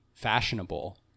fashionable